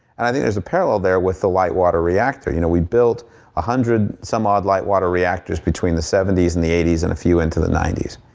and i think there's a parallel there with the light water reactor. you know we built one ah hundred some odd light water reactors between the seventy s and the eighty s and a few into the ninety s.